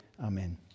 Amen